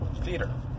Theater